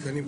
10:30.